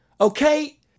okay